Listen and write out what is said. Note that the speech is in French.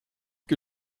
que